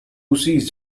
seized